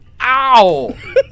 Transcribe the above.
Ow